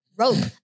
rope 。